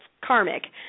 karmic